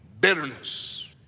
Bitterness